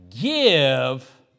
give